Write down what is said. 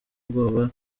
ubwoba